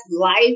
life